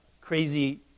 Crazy